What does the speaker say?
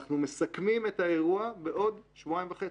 אנחנו מסכמים את האירוע בעוד שבועיים וחצי.